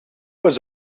was